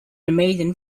amazing